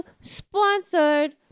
sponsored